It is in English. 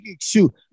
Shoot